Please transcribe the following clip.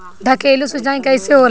ढकेलु सिंचाई कैसे होला?